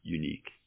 unique